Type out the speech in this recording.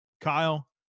Kyle